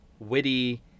witty